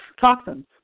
toxins